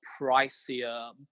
pricier